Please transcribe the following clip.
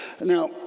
Now